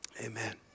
Amen